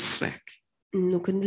sick